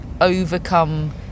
overcome